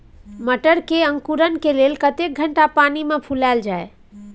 मटर के अंकुरण के लिए कतेक घंटा पानी मे फुलाईल जाय?